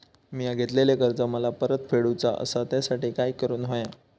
मिया घेतलेले कर्ज मला परत फेडूचा असा त्यासाठी काय काय करून होया?